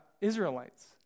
Israelites